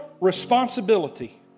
responsibility